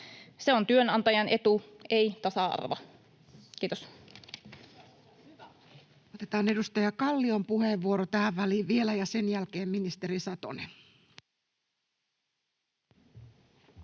lain muuttamisesta Time: 17:06 Content: Otetaan edustaja Kallion puheenvuoro tähän väliin vielä ja sen jälkeen ministeri Satonen.